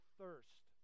thirst